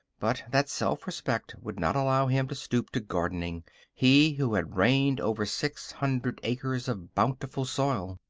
but that self-respect would not allow him to stoop to gardening he who had reigned over six hundred acres of bountiful soil.